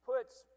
puts